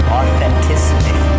authenticity